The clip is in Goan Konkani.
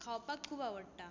खावपाक खूब आवडटा